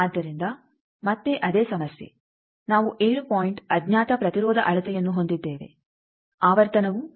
ಆದ್ದರಿಂದ ಮತ್ತೆ ಅದೇ ಸಮಸ್ಯೆ ನಾವು 7 ಪಾಯಿಂಟ್ ಅಜ್ಞಾತ ಪ್ರತಿರೋಧ ಅಳತೆಯನ್ನು ಹೊಂದಿದ್ದೇವೆ ಆವರ್ತನವು 7